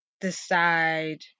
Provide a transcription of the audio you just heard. decide